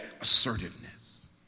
assertiveness